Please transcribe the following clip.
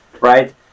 right